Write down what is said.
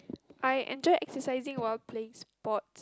I enjoy exercising while playing sports